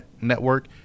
Network